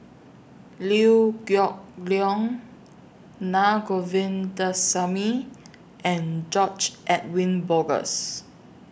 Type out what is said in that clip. Liew Geok Leong Naa Govindasamy and George Edwin Bogaars